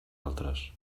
altres